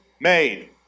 made